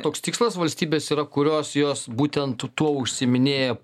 toks tikslas valstybės yra kurios jos būtent tuo užsiiminėja